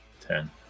ten